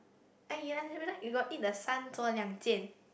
eh i realise you got eat the 三盅两件